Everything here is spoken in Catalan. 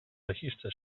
registre